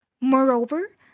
Moreover